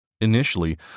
Initially